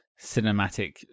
cinematic